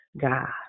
God